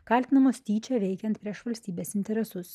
kaltinamos tyčia veikiant prieš valstybės interesus